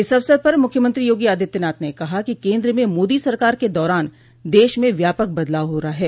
इस अवसर पर मुख्यमंत्री योगी आदित्यनाथ ने कहा कि केन्द्र में मोदी सरकार के दौरान देश में व्यापक बदलाव हो रहा है